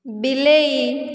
ବିଲେଇ